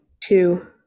two